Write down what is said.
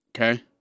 Okay